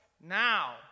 now